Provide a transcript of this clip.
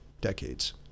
decades